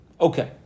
Okay